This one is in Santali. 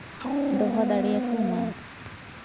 ᱫᱚᱦᱚ ᱫᱟᱲᱮᱣᱟᱠᱚ ᱢᱟ